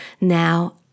now